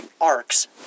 arcs